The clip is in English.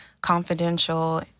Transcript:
confidential